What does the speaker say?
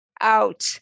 out